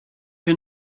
you